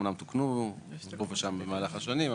אמנם תוקנו פה ושם במהלך השנים,